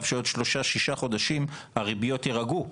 שעוד שלושה-שישה חודשים הריביות יירגעו,